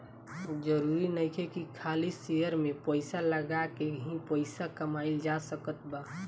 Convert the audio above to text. जरुरी नइखे की खाली शेयर में पइसा लगा के ही पइसा कमाइल जा सकत बा